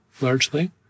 largely